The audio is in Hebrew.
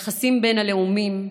יחסים בין הלאומים,